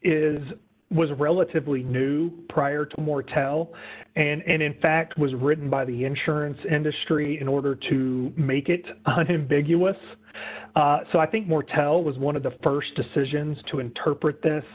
is was relatively new prior to mortel and in fact was written by the insurance industry in order to make it big us so i think more tell was one of the st decisions to interpret this